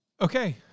Okay